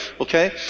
Okay